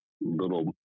little